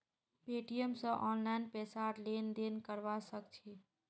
Paytm स online पैसार लेन देन करवा सक छिस